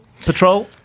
Patrol